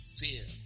fear